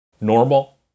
normal